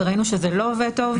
וראינו שזה לא עובד טוב,